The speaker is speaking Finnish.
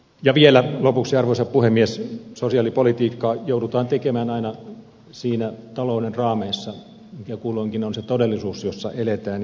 ja vielä lopuksi arvoisa puhemies sosiaalipolitiikkaa joudutaan tekemään aina niissä talouden raameissa mikä kulloinkin on se todellisuus jossa eletään